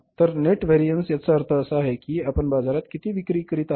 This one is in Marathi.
तर नेट व्हेरियन्स याचा अर्थ असा आहे की आपण बाजारात किती विक्री करीत आहोत